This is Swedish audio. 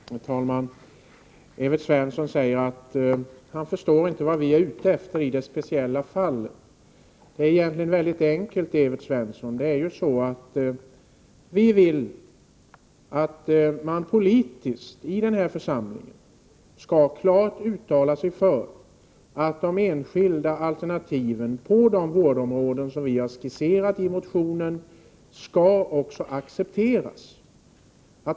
Herr talman! Evert Svensson säger att han inte förstår vad vi är ute efter i det här speciella fallet. Det är egentligen mycket enkelt, Evert Svensson. Vi vill att man politiskt i denna församling klart skall uttala sig för att de enskilda alternativen — på de vårdområden vi har skisserat i motionen — också skall accepteras.